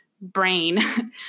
brain